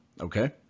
Okay